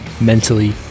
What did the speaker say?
mentally